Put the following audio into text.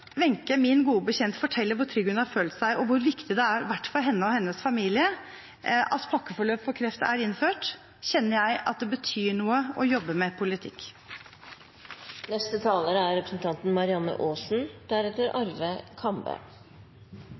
Wenche, min gode bekjente, forteller hvor trygg hun har følt seg, og hvor viktig det har vært for henne og hennes familie at pakkeforløp for kreft er innført, kjenner jeg at det betyr noe å jobbe med politikk. Vi ser økende ulikhet, i verden og i Norge, og i enda større grad enn før er